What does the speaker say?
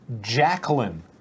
jacqueline